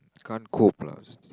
can't cope lah